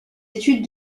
études